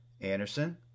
Anderson